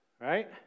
right